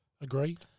Agreed